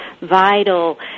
vital